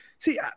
See